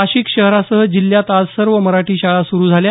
नाशिक शहरासह जिल्ह्यात आज सर्व मराठी शाळा सुरू झाल्या